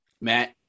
Matt